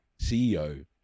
CEO